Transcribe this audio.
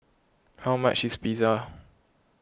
how much is Pizza